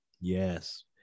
Yes